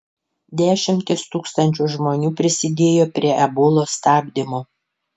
dešimtys tūkstančių žmonių prisidėjo prie ebolos stabdymo